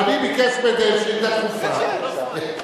אדוני ביקש שאילתא דחופה.